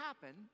happen